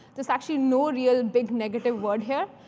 there's actually no real big negative word here,